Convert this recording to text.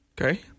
Okay